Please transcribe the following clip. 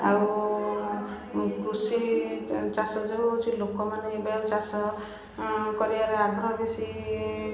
ଆଉ କୃଷି ଚାଷ ଯେଉଁ ହେଉଛି ଲୋକମାନେ ଏବେ ଆଉ ଚାଷ କରିବାର ଆଗ୍ରହ ବେଶୀ